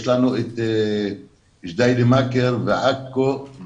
יש לנו ג'דיידה מכר ועכו,